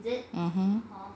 mmhmm